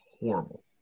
horrible